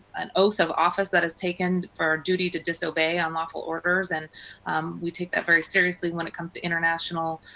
an oath of office that is taken for duty to disobey unlawful orders. and we take that very seriously when it comes to international